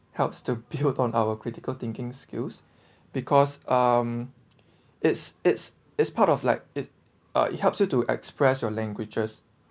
helps to build on our critical thinking skills because um it's it's it's part of like it uh it helps you to express your languages